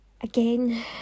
again